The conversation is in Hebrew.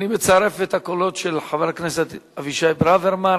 אני מצרף את הקולות של חבר הכנסת אבישי ברוורמן,